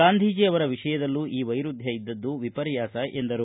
ಗಾಂಧೀಜಿ ಅವರ ವಿಷಯದಲ್ಲೂ ಈ ವೈರುಧ್ಯ ಇದ್ದದ್ದು ವಿಪರ್ಯಾಸ ಎಂದರು